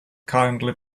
kindly